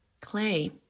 clay